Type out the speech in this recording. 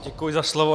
Děkuji za slovo.